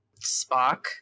Spock